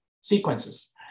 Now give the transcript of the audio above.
sequences